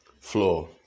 floor